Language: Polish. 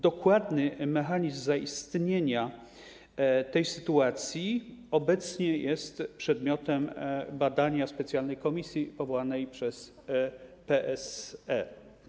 Dokładny mechanizm zaistnienia tej sytuacji obecnie jest przedmiotem badania specjalnej komisji powołanej przez PSE.